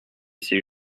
ces